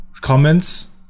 comments